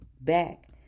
back